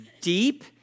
deep